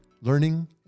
learning